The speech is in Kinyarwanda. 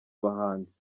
abahanzi